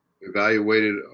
evaluated